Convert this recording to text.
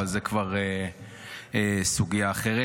אבל זו כבר סוגיה אחרת.